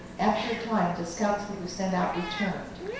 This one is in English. after a time, the scouts who were sent out returned.